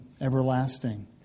everlasting